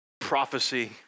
prophecy